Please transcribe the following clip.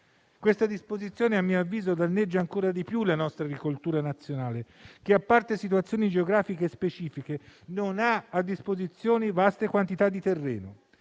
Questa disposizione a mio avviso danneggia ancora di più la nostra agricoltura nazionale, che, a parte situazioni geografiche specifiche, non ha a disposizione vaste quantità di terreno.